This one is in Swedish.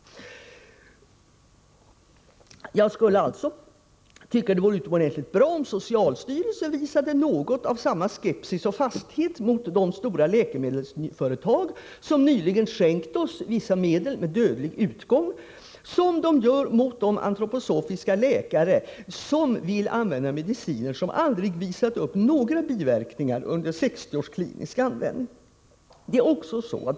Det vore utomordentligt bra om socialstyrelsen visade något av samma skepsis och fasthet mot de stora läkemedelsföretag som nyligen skänkt oss vissa medel vilkas användning haft dödlig utgång, som de visar mot de antroposofiska läkare som vill använda mediciner som aldrig visat upp några biverkningar under 60 års klinisk användning.